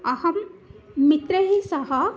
अहं मित्रैः सह